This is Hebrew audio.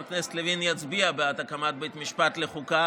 הכנסת לוין יצביע בעד הקמת בית משפט לחוקה